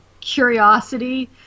curiosity